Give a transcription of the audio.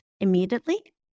immediately